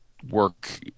work